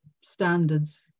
standards